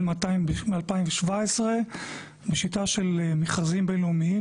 מ-2017 בשיטה של מכרזים בין-לאומיים,